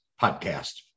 podcast